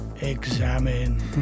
examine